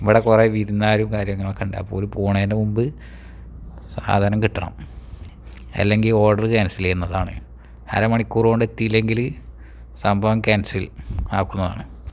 ഇവിടെ കുറേ വിരുന്നുകാരും കാര്യങ്ങളൊക്കെ ഉണ്ട് അപ്പോൾ അവർ പോണേൻ്റെ മുൻപ് സാധനം കിട്ടണം അല്ലെങ്കിൽ ഓഡറ് ക്യാൻസൽ ചെയ്യുന്നതാണ് അര മണിക്കൂർ കൊണ്ട് എത്തിയില്ലെങ്കിൽ സംഭവം ക്യാൻസൽ ആക്കുന്നതാണ്